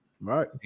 Right